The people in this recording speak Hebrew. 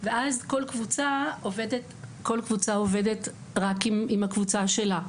ואז כל קבוצה עובדת רק עם הקבוצה שלה,